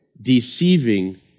deceiving